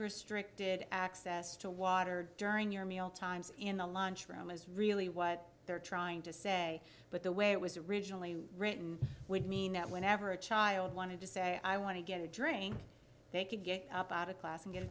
having strict id access to water during your meal times in the lunch room is really what they're trying to say but the way it was originally written would mean that whenever a child wanted to say i want to get a drink they could get up out of class and get a